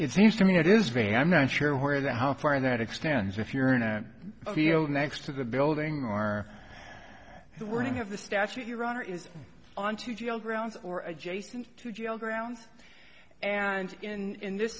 it seems to me it is very i'm not sure where the how far that extends if you're in a field next to the building or the wording of the statute your honor is on to jail grounds or adjacent to jail grounds and in this